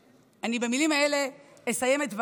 במילים האלה אסיים את דבריי,